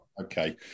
Okay